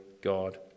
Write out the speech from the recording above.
God